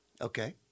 Okay